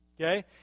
Okay